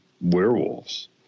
werewolves